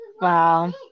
Wow